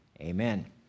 Amen